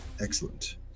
Excellent